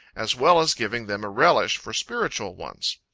as well as giving them a relish for spiritual ones.